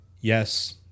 yes